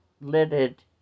lidded